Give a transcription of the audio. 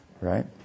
right